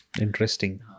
interesting